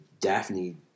Daphne